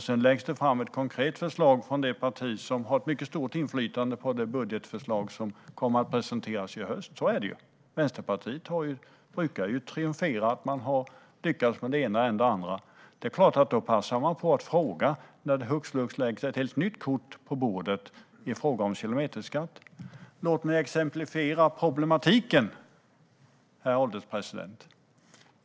Sedan läggs det fram ett konkret förslag från det parti som har ett mycket stort inflytande på det budgetförslag som kommer att presenteras i höst. Så är det ju. Vänsterpartiet brukar triumfera att de har lyckats med än det ena och än det andra. Det är klart att man passar på att fråga när det hux flux läggs ett helt nytt kort på bordet i fråga om kilometerskatt. Låt mig exemplifiera problematiken, herr ålderspresident.